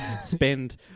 spend